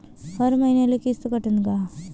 हर मईन्याले किस्त कटन का?